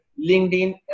LinkedIn